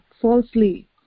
falsely